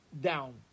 down